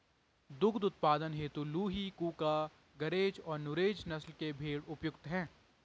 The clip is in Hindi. दुग्ध उत्पादन हेतु लूही, कूका, गरेज और नुरेज नस्ल के भेंड़ उपयुक्त है